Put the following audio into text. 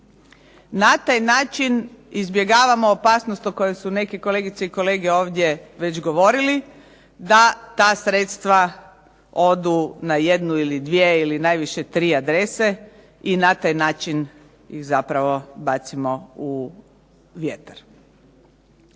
Na taj način izbjegavamo opasnost o kojoj su neke kolegice i kolege već govorili, da ta sredstva odu na jednu ili dvije, a najviše na tri adrese i na taj način ih zapravo bacimo u vjetar.